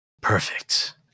Perfect